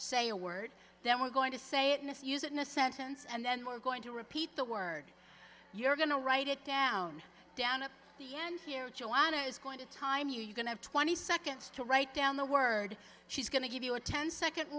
say a word that we're going to say it misuse it in a sentence and then we're going to repeat the word you're going to write it down down at the end here joanna is going to time you going to have twenty seconds to write down the word she's going to give you a ten second